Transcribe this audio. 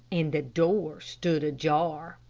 and the door stood ajar.